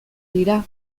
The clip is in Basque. dira